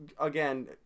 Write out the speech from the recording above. again